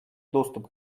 доступ